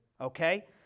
okay